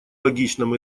логичном